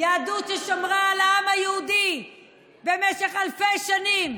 יהדות ששמרה על העם היהודי במשך אלפי שנים,